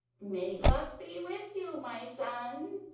may luck be with you, my son.